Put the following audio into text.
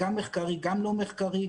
גם מחקרי וגם לא מחקרי,